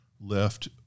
left